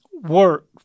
work